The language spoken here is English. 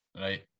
right